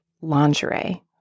lingerie